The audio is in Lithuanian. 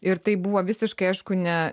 ir tai buvo visiškai aišku ne